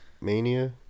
Mania